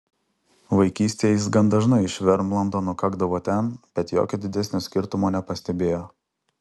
vaikystėje jis gan dažnai iš vermlando nukakdavo ten bet jokio didesnio skirtumo nepastebėjo